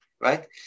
right